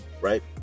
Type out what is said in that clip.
right